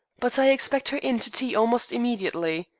but i expect her in to tea almost immediately.